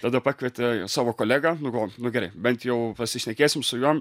tada pakvietė savo kolegą nu galvojam nu gerai bent jau pasišnekėsim su juom